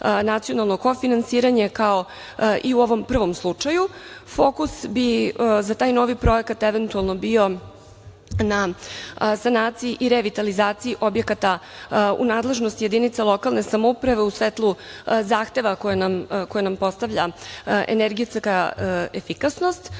nacionalno kofinansiranje kao i u ovom prvom slučaju. Fokus bi za taj novi projekat eventualno bio na sanaciji i revitalizaciji objekata u nadležnosti jedinica lokalne samouprave u svetlu zahteva koje nam postavlja energetska efikasnost.